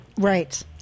right